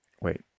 wait